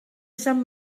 sant